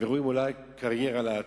ורואים בזה אולי קריירה לעתיד.